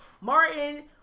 martin